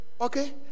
okay